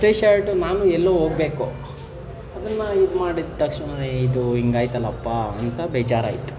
T shirt ನಾನು ಎಲ್ಲೋ ಹೋಗ್ಬೇಕು ಅದನ್ನು ಇದು ಮಾಡಿದ ತಕ್ಷಣನೇ ಇದು ಹಿಂಗಾಯ್ತಲ್ಲಪ್ಪಾ ಅಂತ ಬೇಜಾರಾಯಿತು